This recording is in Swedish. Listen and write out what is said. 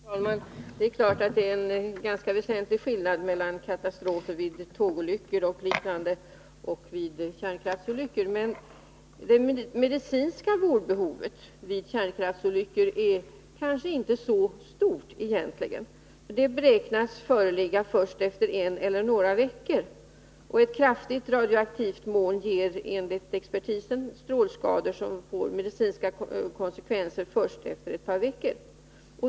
Herr talman! Det är klart att det är en väsentlig skillnad mellan katastrofer vid tågolyckor och liknande och katastrofer vid kärnkraftsolyckor. Men det akuta medicinska vårdbehovet vid kärnkraftsolyckor är egentligen inte så stort. Det beräknas föreligga först efter en eller några veckor. Ett kraftigt radioaktivt moln ger enligt expertisen strålskador som får medicinska konsekvenser först efter ett par veckor.